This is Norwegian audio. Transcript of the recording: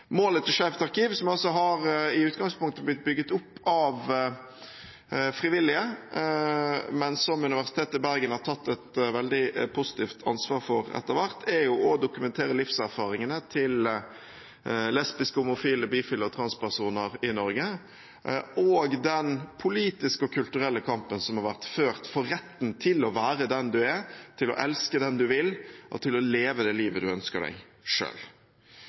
Målet til Skeivt arkiv, som i utgangspunktet har blitt bygget opp av frivillige, men som Universitetet i Bergen har tatt et veldig positivt ansvar for etter hvert, er å dokumentere livserfaringene til lesbiske, homofile, bifile og transpersoner i Norge og den politiske og kulturelle kampen som har vært ført for retten til å være den du er, til å elske den du vil, og til å leve det livet du selv ønsker deg.